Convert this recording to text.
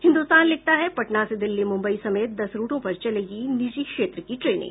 हिन्दुस्तान लिखता है पटना से दिल्ली मुम्बई समेत दस रूटों पर चलेगी निजी क्षेत्र की ट्रेनें